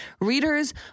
readers